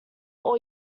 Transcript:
all